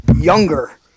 younger